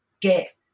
get